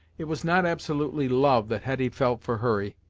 it was not absolutely love that hetty felt for hurry,